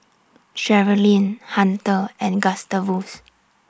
Sherilyn Hunter and Gustavus